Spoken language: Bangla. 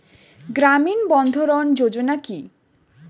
গ্রামীণ বন্ধরন যোজনা কি?